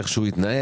איך שהוא התנהל,